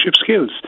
skills